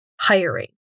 hiring